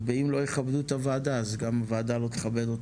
ואם לא יכבדו את הוועדה אז גם הוועדה לא תכבד אותם.